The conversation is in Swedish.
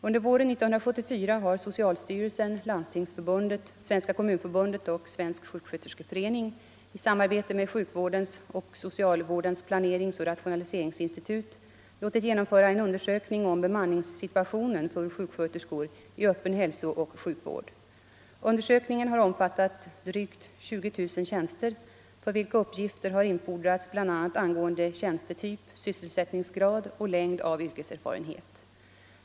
Under våren 1974 har socialstyrelsen, Landstingsförbundet, Svenska kommunförbundet och Svensk sjuksköterskeförening i samarbete med Sjukvårdens och socialvårdens planeringsoch rationaliseringsinstitut låtit genomföra en undersökning om bemanningssituationen för sjuksköterskor i öppen hälsooch sjukvård. Undersökningen har omfattat drygt 20 000 tjänster för vilka uppgifter har infordrats bl.a. angående tjänstetyp, sysselsättningsgrad och längd av yrkeserfarenhet.